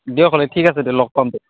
দিয়ক হ'লে ঠিক আছে দিয়ক লগ পাম দে